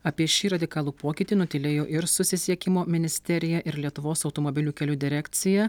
apie šį radikalų pokytį nutylėjo ir susisiekimo ministerija ir lietuvos automobilių kelių direkcija